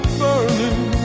burning